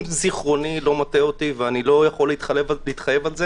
אם זיכרוני אינו מטעה אותי ואיני יכול להתחייב על זה